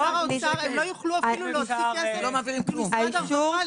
שר האוצר הם לא יוכלו להוציא כסף אפילו ממשרד הרווחה.